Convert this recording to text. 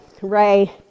Ray